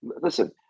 Listen